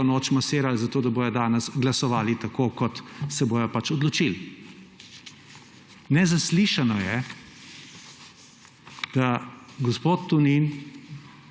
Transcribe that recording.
noč masirali, da bodo danes glasovali tako, kot se bodo pač odločili. Nezaslišano je, da gospod Tonin